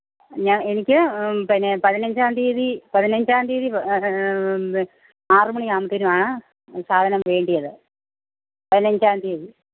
ഞാൻ എനിക്ക് പിന്നെ പതിനഞ്ചാം തീയതി പതിനഞ്ചാം തീയതി പ ആറുമണി ആവുമ്പോത്തേനുമാണ് ഇ സാധനം വേണ്ടിയത് പതിനഞ്ചാം തീയതി